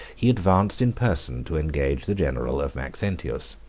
he advanced in person to engage the general of maxentius.